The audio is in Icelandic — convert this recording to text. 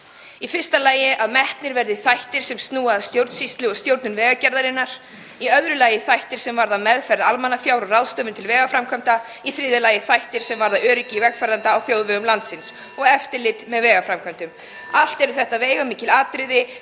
Í fyrsta lagi að metnir verði þættir sem snúa að stjórnsýslu og stjórnun Vegagerðarinnar. Í öðru lagi þættir sem varða meðferð almannafjár og ráðstöfun til vegaframkvæmda. Í þriðja lagi þættir sem varða öryggi vegfarenda á þjóðvegum landsins (Forseti hringir.) og eftirlit með vegaframkvæmdum. Allt eru þetta veigamikil atriði